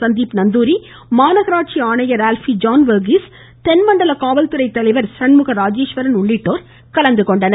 சந்தீப் நந்தூரி மாநகராட்சி ஆணையர் அல்பி ஜான் வர்கீஸ் தென்மண்டல காவல்துறை தலைவர் சண்முக ராஜேஸ்வரன் உள்ளிட்டோர் கலந்துகொண்டனர்